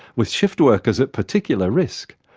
with shift workers at particular risk.